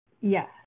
Yes